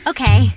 Okay